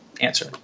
answer